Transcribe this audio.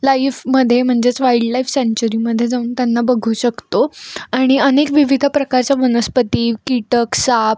लाईफमध्ये म्हणजेच वाईल्डलाइफ सँंचुरीमध्ये जाऊन त्यांना बघू शकतो आणि अनेक विविध प्रकारच्या वनस्पती कीटक साप